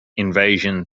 invasion